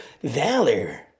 Valor